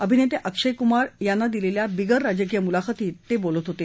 अभिनेते अक्षयकुमार यांना दिलेल्या बिगर राजकीय मुलाखतीत ते बोलत होते